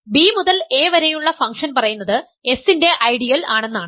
B മുതൽ A വരെയുള്ള function പറയുന്നത് S ന്റെ ഐഡിയൽ ആണെന്നാണ്